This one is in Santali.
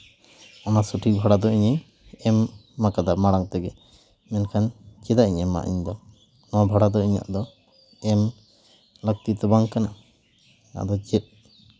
ᱚᱱᱟ ᱥᱚᱴᱷᱤᱠ ᱵᱷᱟᱲᱟ ᱫᱚ ᱤᱧ ᱮᱢ ᱠᱟᱫᱟ ᱢᱟᱲᱟᱝ ᱛᱮᱜᱮ ᱢᱮᱱᱠᱷᱟᱱ ᱪᱮᱫᱟᱜ ᱤᱧ ᱮᱢᱟ ᱤᱧ ᱫᱚ ᱚᱱᱟ ᱵᱷᱟᱲᱟ ᱫᱚ ᱤᱧᱟᱹᱜ ᱫᱚ ᱮᱢ ᱞᱟᱹᱠᱛᱤ ᱛᱚ ᱵᱟᱝ ᱠᱟᱱᱟ ᱟᱫᱚ ᱪᱮᱫ